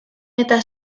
eta